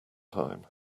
time